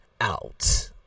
out